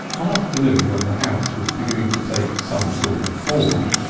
one afternoon, when the house was beginning to take some sort of form,